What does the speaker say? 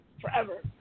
forever